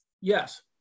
Yes